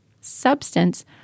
substance